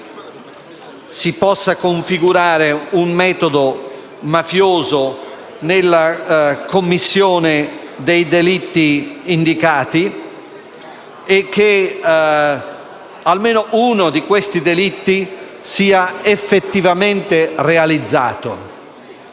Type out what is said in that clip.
si possa configurare un metodo mafioso nella commissione dei delitti indicati e che almeno uno di questi delitti sia effettivamente realizzato.